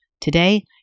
Today